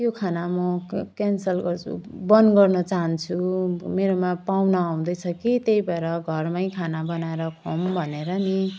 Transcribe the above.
यो खाना म क क्यान्सल गर्छु बन्द गर्न चाहन्छु मेरोमा पाहुना आउँदैछ कि त्यही भएर घरमै खाना बनाएर खुवाउँ भनेर नि